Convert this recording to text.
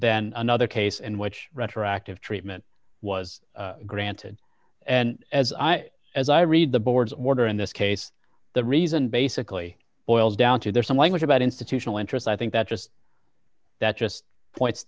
then another case in which retroactive treatment was granted and as i as i read the board's order in this case the reason basically boils down to there's some language about institutional interest i think that just that just